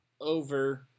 Over